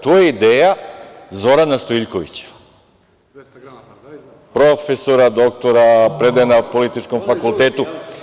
To je ideja Zorana Stojiljkovića, profesora, doktora, predaje na Političkom fakultetu.